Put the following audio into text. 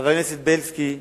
חבר הכנסת בילסקי,